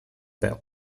peu